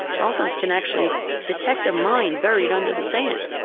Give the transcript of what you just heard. dolphins can actually detect a mine buried under the sand.